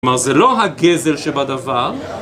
כלומר זה לא הגזל שבדבר.